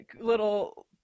little